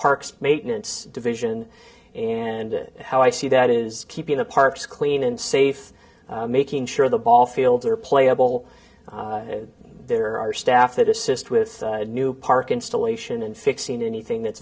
park's maintenance division and how i see that is keeping the parks clean and safe making sure the ball fields are playable there are staff that assist with new park installation and fixing anything that